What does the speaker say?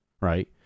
right